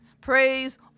Praise